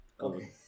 Okay